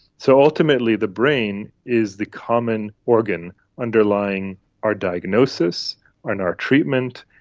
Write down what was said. so ultimately the brain is the common organ underlying our diagnosis and our treatment,